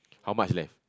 how much left